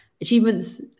achievements